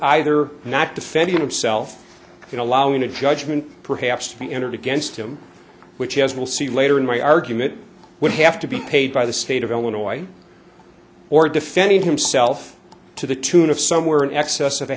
either not defending himself in allowing a judgment perhaps to be entered against him which as we'll see later in my argument would have to be paid by the state of illinois or defending himself to the tune of somewhere in excess of a